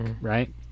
Right